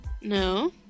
No